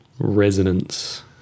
resonance